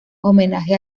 homenaje